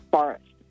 Forest